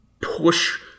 push